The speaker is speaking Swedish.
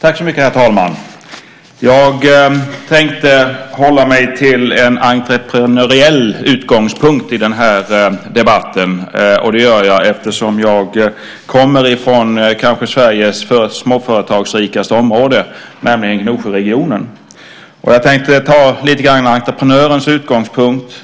Herr talman! Jag tänkte hålla mig till en entreprenöriell utgångspunkt i den här debatten. Det gör jag eftersom jag kommer från Sveriges kanske småföretagsrikaste område, nämligen Gnosjöregionen. Jag tänkte ta entreprenörens utgångspunkt.